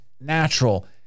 natural